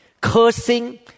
cursing